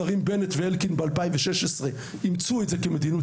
השרים בנט ואלקין אימצו את זה כמדיניות